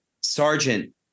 Sergeant